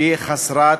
שהיא חסרת